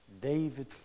David